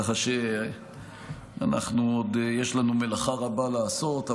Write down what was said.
כך שיש לנו עוד מלאכה רבה לעשות,